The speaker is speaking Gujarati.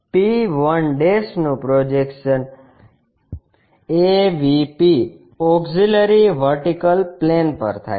P 1 નું projection AVP auxiliary vertical plane પર થાય છે